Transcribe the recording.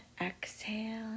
exhale